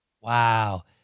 Wow